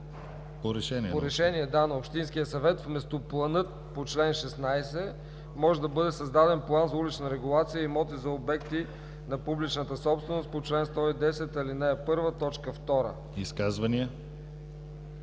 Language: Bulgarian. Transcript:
по решение на общинския съвет вместо планът по чл. 16 може да бъде създаден план за улична регулация и имоти за обекти на публичната собственост по чл. 110, ал. 1, т.